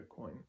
Bitcoin